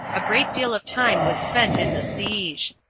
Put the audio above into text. a great deal of time was spent in the siege.